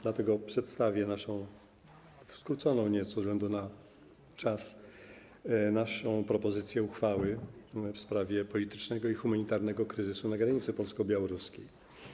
Dlatego przedstawię naszą skróconą nieco ze względu na czas propozycję uchwały w sprawie politycznego i humanitarnego kryzysu na granicy polsko-białoruskiej.